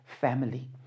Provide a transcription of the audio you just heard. family